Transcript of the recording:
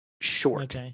short